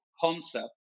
concept